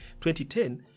2010